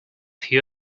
few